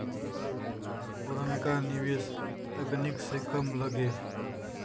पुरनका निवेस तकनीक से कम लगे